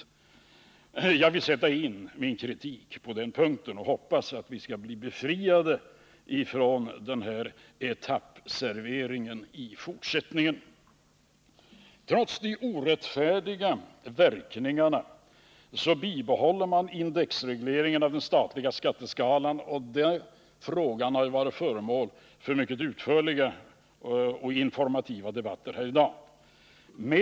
Jag vill sätta in min kritik på den punkten, och jag hoppas att vi skall bli befriade från den här etappserveringen i fortsättningen. Trots de orättfärdiga verkningarna bibehåller man indexregleringen av den statliga skatteskalan. Den frågan har varit föremål för mycket utförliga och informativa debatter här i dag.